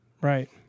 Right